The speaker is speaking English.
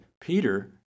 Peter